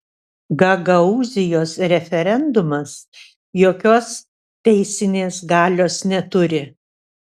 gagaūzijos referendumas jokios teisinės galios neturi